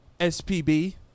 SPB